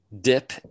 dip